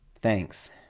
Thanks